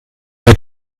wird